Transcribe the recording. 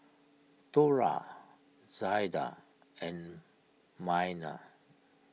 Thora Zaida and Myrna